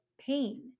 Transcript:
pain